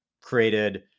Created